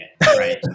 Right